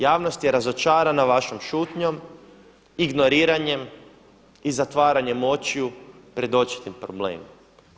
Javnost je razočarana vašom šutnjom, ignoriranjem i zatvaranjem očiju pred očitim problemima.